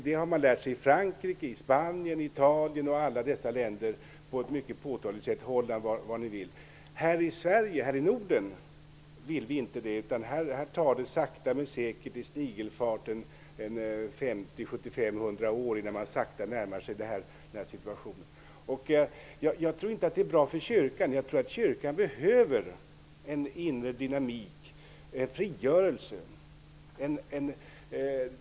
Det har man lärt sig i Frankrike, i Spanien, i Italien och i alla dessa länder på ett mycket påtagligt sätt. Här i Sverige, i Norden, vill vi inte det, utan här går det sakta men säkert i snigelfart, och det tar väl 75-100 år innan man närmar sig samma situation. Jag tror inte att detta är bra för kyrkan. Kyrkan behöver en inre dynamik, en frigörelse.